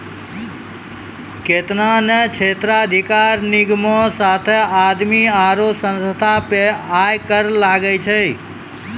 केतना ने क्षेत्राधिकार निगमो साथे आदमी आरु संस्था पे आय कर लागै छै